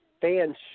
fans